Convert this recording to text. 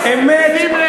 שים לב,